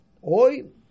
Hoy